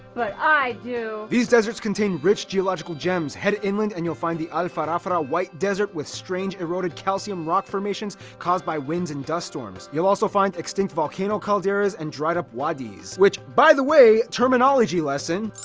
but i do. these deserts contain rich geological gems, head inland, and you'll find the al farafrah white desert with strange eroded calcium rock formations caused by wind and dust storms. you'll also find extinct volcano calderas and dried-up wadis, which by the way terminology lesson.